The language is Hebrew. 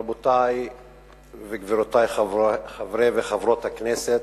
רבותי וגבירותי חברי וחברות הכנסת,